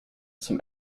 zum